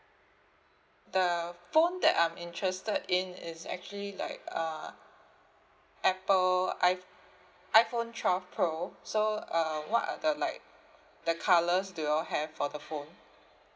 the phone that I'm interested in is actually like uh apple iph~ iphone twelve pro so um what are the like the colours do you all have for the phone